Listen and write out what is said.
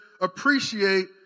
appreciate